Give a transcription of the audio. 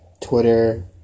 Twitter